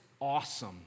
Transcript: awesome